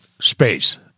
space